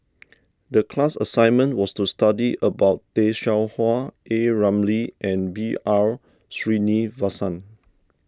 the class assignment was to study about Tay Seow Huah A Ramli and B R Sreenivasan